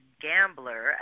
gambler